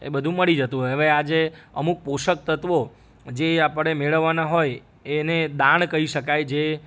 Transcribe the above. એ બધું મળી જતું હોય હવે આજે અમુક પોષક તત્વો જે આપણે મેળવવાના હોય એને દાણ કઈ શકાય જે